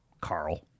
Carl